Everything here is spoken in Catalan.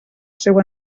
seu